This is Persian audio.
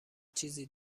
چیزی